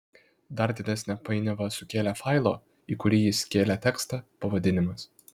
dar didesnę painiavą sukėlė failo į kurį jis kėlė tekstą pavadinimas